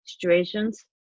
situations